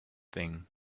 thing